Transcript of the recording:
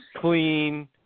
clean